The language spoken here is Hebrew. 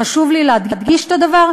חשוב לי להדגיש את הדבר,